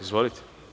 Izvolite.